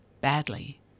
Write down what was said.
badly